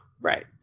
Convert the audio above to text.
right